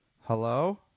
Hello